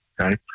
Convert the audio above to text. okay